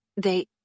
They-